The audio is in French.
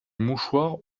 mouchoir